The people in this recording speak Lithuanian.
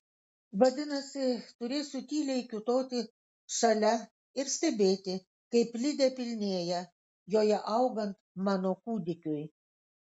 vadinasi turėsiu tyliai kiūtoti šalia ir stebėti kaip lidė pilnėja joje augant mano kūdikiui